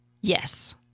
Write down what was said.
Yes